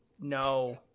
no